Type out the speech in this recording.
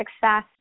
success